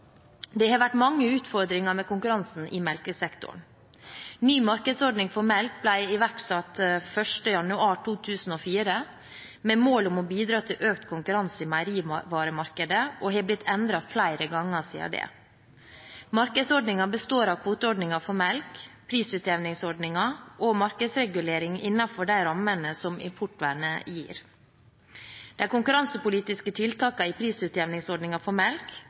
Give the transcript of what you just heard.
Det har vært mange utfordringer med konkurransen i melkesektoren. Ny markedsordning for melk ble iverksatt 1. januar 2004 med mål om å bidra til økt konkurranse i meierivaremarkedet, og den har blitt endret flere ganger siden det. Markedsordningen består av kvoteordningen for melk, prisutjevningsordningen og markedsregulering innenfor de rammene som importvernet gir. De konkurransepolitiske tiltakene i prisutjevningsordningen for melk